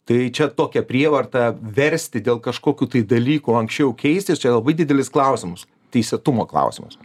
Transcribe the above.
tai čia tokia prievarta versti dėl kažkokių tai dalykų anksčiau keistis čia labai didelis klausimas teisėtumo klausimas